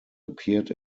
appeared